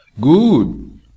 good